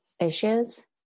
issues